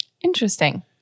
Interesting